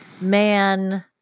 man